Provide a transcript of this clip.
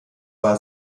war